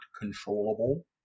controllable